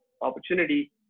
opportunity